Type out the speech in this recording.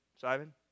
Simon